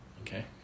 Okay